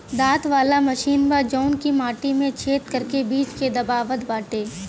दांत वाला मशीन बा जवन की माटी में छेद करके बीज के दबावत बाटे